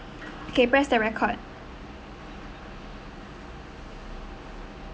okay press the record